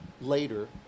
later